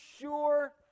sure